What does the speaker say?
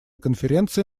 конференции